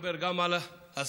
שמדבר גם על ההסברה,